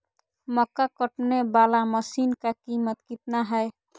मक्का कटने बाला मसीन का कीमत कितना है?